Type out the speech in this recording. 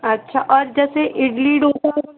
अच्छा और जैसे इडली डोसा